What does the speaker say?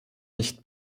nicht